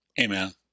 Amen